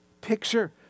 picture